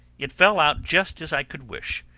it fell out just as i could wish,